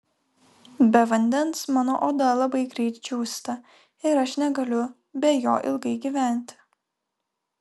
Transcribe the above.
be vandens mano oda labai greit džiūsta ir aš negaliu be jo ilgai gyventi